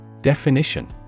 Definition